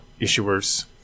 issuers